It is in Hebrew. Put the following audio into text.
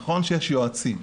נכון שיש יועצים,